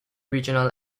regional